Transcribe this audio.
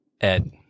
Ed